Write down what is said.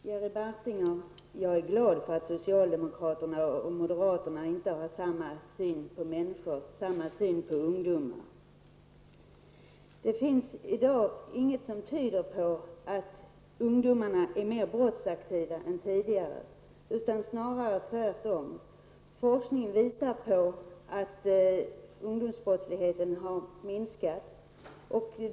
Herr talman! Jag är glad över att socialdemokraterna inte har samma syn som moderaterna på ungdomar. Det finns inget i dag som tyder på att ungdomar är mer brottsaktiva än tidigare. Snarare är det tvärtom. Forskningen visar att ungdomsbrottsligheten har minskat.